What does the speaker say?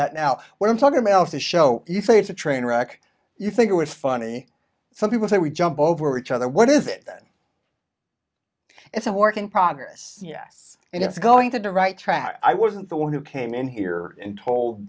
that now when i'm talking mails to show you face a train wreck you think it was funny some people say we jump over each other what is it it's a work in progress yes and it's going to the right track i wasn't the one who came in here and told